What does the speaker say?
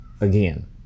again